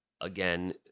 again